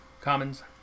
Commons